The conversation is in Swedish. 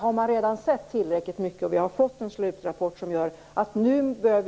Man har redan sett tillräckligt mycket. Vi har fått en slutrapport. Nu behöver vi komma in i ett övervägandestadium.